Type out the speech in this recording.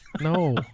No